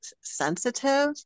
sensitive